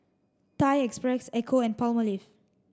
Thai Express Ecco and Palmolive